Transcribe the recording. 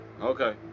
Okay